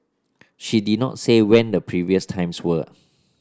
she did not say when the previous times were